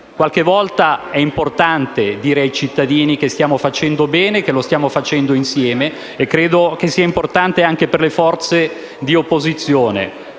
Qualche volta è importante dire ai cittadini che stiamo facendo bene, che lo stiamo facendo insieme e lo considero importante anche per le forze di opposizione.